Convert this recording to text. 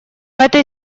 этой